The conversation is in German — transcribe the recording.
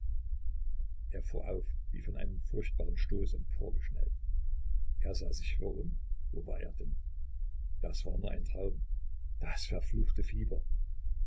er fuhr auf wie von einem furchtbaren stoß emporgeschnellt er sah sich wirr um wo war er denn das war nur ein traum das verfluchte fieber